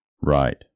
Right